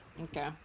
okay